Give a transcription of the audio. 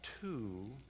two